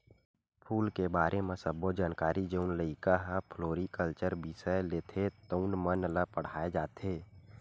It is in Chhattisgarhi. फूल के बारे म सब्बो जानकारी जउन लइका ह फ्लोरिकलचर बिसय लेथे तउन मन ल पड़हाय जाथे